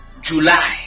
July